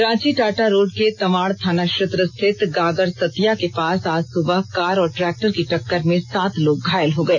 Ranchi Tata road के तमाड़ थाना क्षेत्र स्थित गागरसतिया के पास आज सुबह कार और ट्रैक्टर की टक्कर में सात लोग घायल हो गए